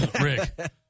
Rick